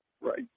Right